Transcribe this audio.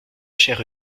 chair